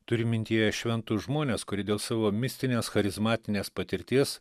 turiu mintyje šventus žmones kurie dėl savo mistinės charizmatinės patirties